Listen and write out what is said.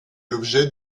l’objet